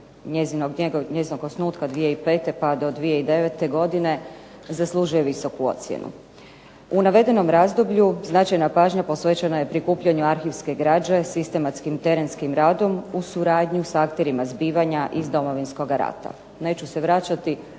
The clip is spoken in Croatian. njezinog osnutka 2005. pa do 2009. godine zaslužuje visoku ocjenu. U navedenom razdoblju značajna pažnja posvećenja je prikupljena arhivske građe, sistematskim terenskim radom uz suradnju s akterima zbivanja iz Domovinskoga rata.